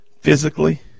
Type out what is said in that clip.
physically